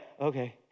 okay